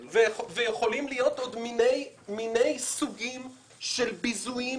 ויכולים להיות עוד מיני סוגים של ביזויים